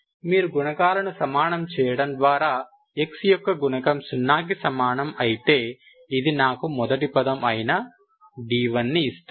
మీరు గుణకాలను సమానం చేయడం ద్వారా x యొక్క గుణకం సున్నాకి సమానం అయితే ఇది నాకు మొదటి పదం అయిన d1ని ఇస్తుంది